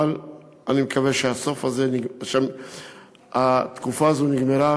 אבל אני מקווה שהתקופה הזאת נגמרה,